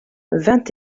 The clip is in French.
vingt